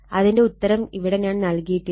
അതിന്റെ ഉത്തരം ഇവിടെ ഞാൻ നൽകിയിട്ടില്ല